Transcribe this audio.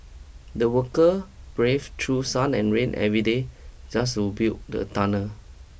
the worker brave through sun and rain every day just to build the tunnel